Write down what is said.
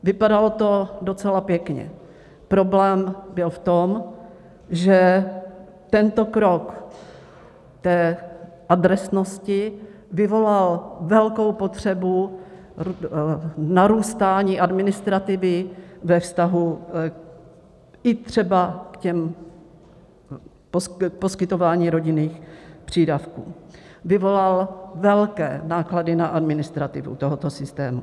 Vypadalo to docela pěkně, problém byl v tom, že tento krok adresnosti vyvolal velkou potřebu narůstání administrativy ve vztahu i třeba k tomu poskytování rodinných přídavků, vyvolal velké náklady na administrativu tohoto systému.